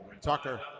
Tucker